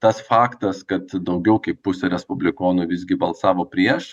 tas faktas kad daugiau kaip pusė respublikonų visgi balsavo prieš